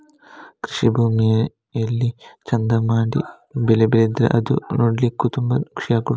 ಕೃಷಿ ಭೂಮಿಲಿ ಚಂದ ಮಾಡಿ ಬೆಳೆ ಬೆಳೆದ್ರೆ ಅದು ನೋಡ್ಲಿಕ್ಕೂ ತುಂಬಾ ಖುಷಿ ಕೊಡ್ತದೆ